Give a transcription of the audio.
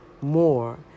more